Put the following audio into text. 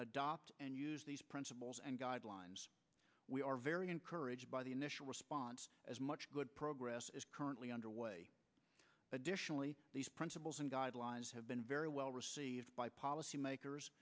adopt these principles and guidelines we are very encouraged by the initial response as much good progress is currently underway additionally these principles and guidelines have been very well received by policymakers